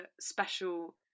special